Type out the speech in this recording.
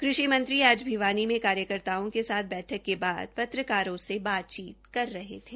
कृषि मंत्री आज भिवानी में कार्यकर्ताओं के साथ बैठक के बाद पत्रकारों से बातचीत कर रहे थे